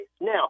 Now